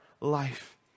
life